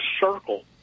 circle